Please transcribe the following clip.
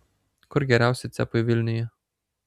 kur geriausi cepai vilniuje